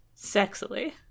sexily